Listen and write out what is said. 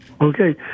Okay